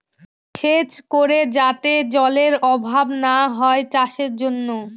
সেচ করে যাতে জলেরর অভাব না হয় চাষের জন্য